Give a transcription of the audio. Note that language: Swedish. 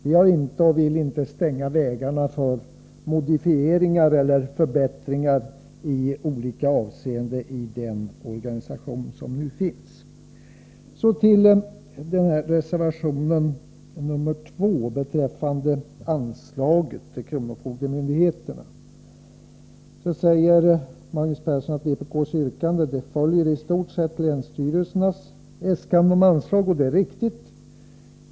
Vi har inte och vill inte stänga vägarna för modifieringar och förbättringar i olika avseenden i den nuvarande organisationen. Reservation 2 handlar om anslag till kronofogdemyndigheterna. Magnus Persson säger att vpk:s yrkande i stort sett följer länsstyrelsernas äskanden om anslag, och det är riktigt.